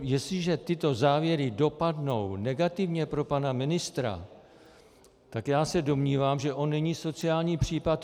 Jestliže tyto závěry dopadnou negativně pro pana ministra, tak já se domnívám, že on není sociální případ.